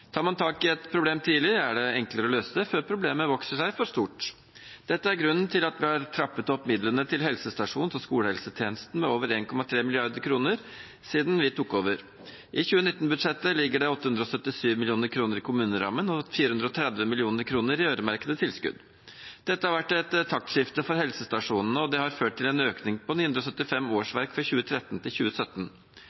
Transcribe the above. man tak i et problem tidlig, er det enklere å løse det før problemet vokser seg for stort. Dette er grunnen til at vi har trappet opp midlene til helsestasjons- og skolehelsetjenesten med over 1,3 mrd. kr siden vi tok over. I 2019-budsjettet ligger det 877 mill. kr i kommunerammen og 430 mill. kr i øremerkede tilskudd. Dette har vært et taktskifte for helsestasjonene, og det har ført til en økning på 975